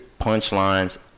punchlines